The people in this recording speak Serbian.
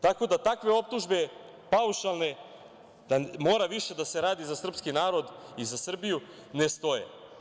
Tako da, takve optužbe paušalne, da mora više da se radi za srpski narod i za Srbiju, ne stoje.